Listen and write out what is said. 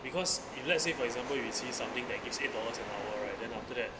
because if let's say for example we see something that gives eight dollars an hour right then after that